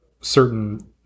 certain